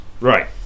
right